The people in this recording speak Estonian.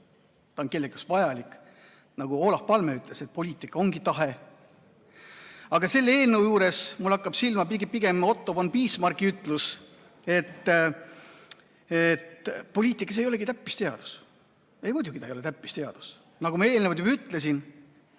ta on kellelegi vajalik. Nagu Olof Palme ütles, et poliitika ongi tahe. Aga selle eelnõu juures hakkab mulle silma pigem Otto von Bismarcki ütlus, et poliitika ei ole täppisteadus. Muidugi ei ole ta täppisteadus. Nagu ma eelnevalt juba ütlesin,